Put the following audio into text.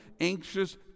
anxious